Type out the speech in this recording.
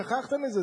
שכחת מזה.